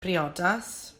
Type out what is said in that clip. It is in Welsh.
briodas